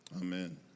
amen